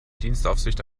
dienstaufsicht